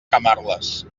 camarles